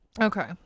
Okay